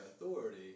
authority